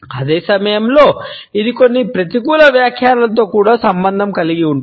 అదే సమయంలో ఇది కొన్ని ప్రతికూల వ్యాఖ్యానాలతో కూడా సంబంధం కలిగి ఉంటుంది